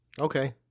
Okay